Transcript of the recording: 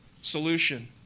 solution